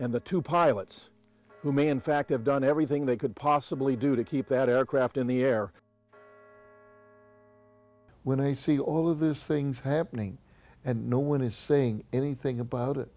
and the two pilots who may in fact have done everything they could possibly do to keep that aircraft in the air when they see all of this things happening and no one is saying anything about it